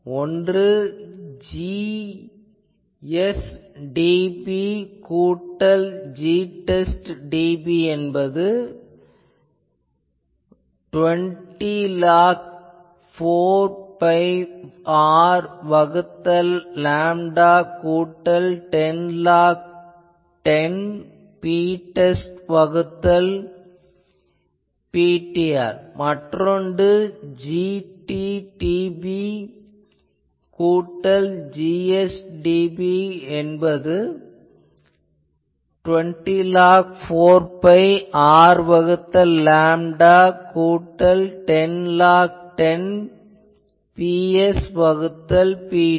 ஒன்று Gt dB கூட்டல் Gtest dB என்பது 20log10 4 பை R வகுத்தல் லேம்டா கூட்டல் 10log10 Ptest வகுத்தல் Pt மற்றொன்று Gt dB கூட்டல் Gs dB என்பது 20log10 4 பை R வகுத்தல் லேம்டா கூட்டல் 10log10 Ps வகுத்தல் Pt